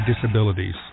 disabilities